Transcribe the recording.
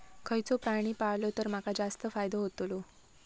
खयचो प्राणी पाळलो तर माका जास्त फायदो होतोलो?